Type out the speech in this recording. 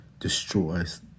destroys